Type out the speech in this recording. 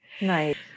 Nice